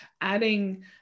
adding